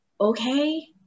okay